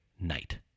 night